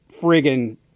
friggin